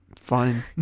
fine